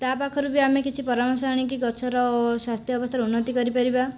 ତା' ପାଖରୁ ବି ଆମେ କିଛି ପରାମର୍ଶ ଆଣିକି ଗଛର ସ୍ଵାସ୍ଥ୍ୟ ଅବସ୍ଥାର ଉନ୍ନତି କରିପାରିବା